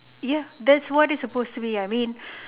ya that's what it's supposed to be I mean